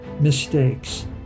mistakes